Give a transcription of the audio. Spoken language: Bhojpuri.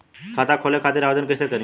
खाता खोले खातिर आवेदन कइसे करी?